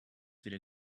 weder